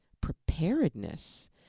preparedness